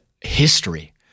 history